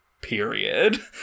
period